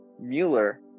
Mueller